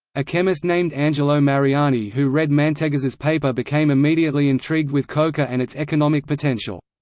a chemist named angelo mariani who read mantegazza's paper became immediately intrigued with coca and its economic potential.